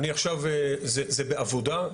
זה בעבודה.